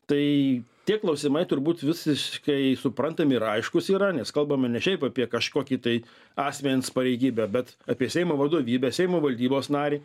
tai tie klausimai turbūt visiškai suprantami ir aiškūs yra nes kalbame ne šiaip apie kažkokį tai asmens pareigybę bet apie seimo vadovybę seimo valdybos narį